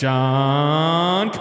John